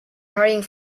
hurrying